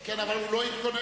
כן, אבל הוא לא התכונן.